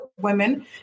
women